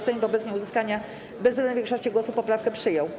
Sejm wobec nieuzyskania bezwzględnej większości głosów poprawkę przyjął.